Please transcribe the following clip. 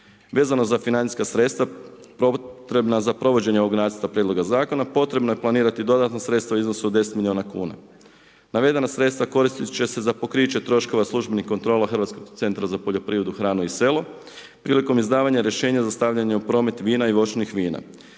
Vezano za financijska sredstva potrebna za provođenje ovog nacrta prijedloga zakona, potrebno je planirati dodatna sredstva u iznosu od 10 milijuna kuna. Navedena sredstva koristit će se za pokriće troškova službenih kontrola Hrvatskog centra za poljoprivredu, hrane i selo prilikom izdavanja rješenja za stavljanja u promet vina i voćnih vina.